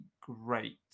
great